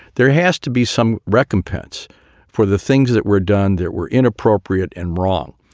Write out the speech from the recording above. there has to be some recompense for the things that were done that were inappropriate and wrong.